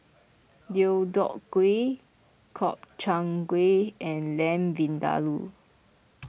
Deodeok Gui Gobchang Gui and Lamb Vindaloo